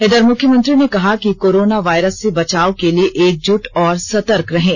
इधर मुख्यमंत्री ने कहा कि कोरोना वायरस से बचाव के लिए एकजुट और सतर्क रहें